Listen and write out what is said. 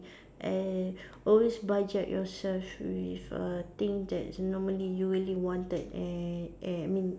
and always budget yourself with a thing that's normally you really wanted and eh I mean